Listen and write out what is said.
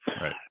right